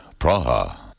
Praha